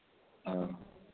ہاں